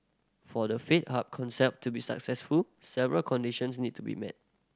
for the faith hub concept to be successful several conditions need to be met